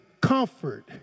comfort